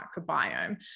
microbiome